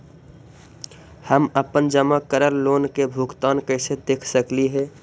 हम अपन जमा करल लोन के भुगतान कैसे देख सकली हे?